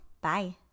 Bye